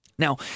Now